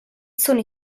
sono